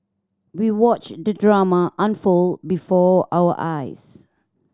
we watched the drama unfold before our eyes